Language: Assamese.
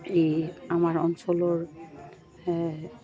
এই আমাৰ অঞ্চলৰ